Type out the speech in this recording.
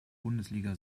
bundesliga